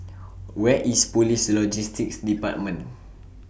Where IS Police Logistics department